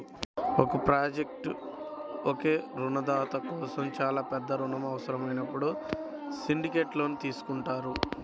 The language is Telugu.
ఒక ప్రాజెక్ట్కు ఒకే రుణదాత కోసం చాలా పెద్ద రుణం అవసరమైనప్పుడు సిండికేట్ లోన్ తీసుకుంటారు